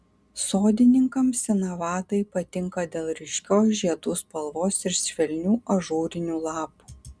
sodininkams sinavadai patinka dėl ryškios žiedų spalvos ir švelnių ažūrinių lapų